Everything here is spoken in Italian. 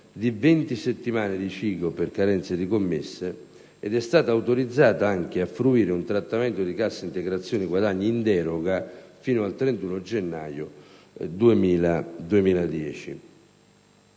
ordinaria (CIGO) per carenza di commesse e che è stata autorizzata a fruire un trattamento di cassa integrazione guadagni in deroga fino al 31 gennaio 2010.